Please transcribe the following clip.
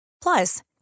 Plus